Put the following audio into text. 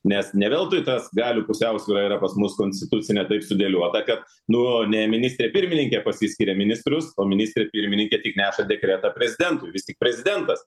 nes ne veltui tas galių pusiausvyra yra pas mus konstitucinė taip sudėliota kad nu ne ministrė pirmininkė pasiskiria ministrus o ministrė pirmininkė tik neša dekretą prezidentui vis tik prezidentas